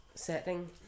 setting